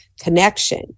connection